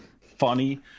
funny